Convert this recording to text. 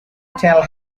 tell